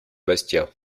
bastia